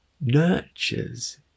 nurtures